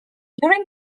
during